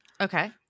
Okay